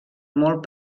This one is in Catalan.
molt